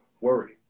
worry